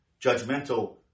judgmental